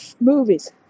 movies